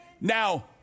Now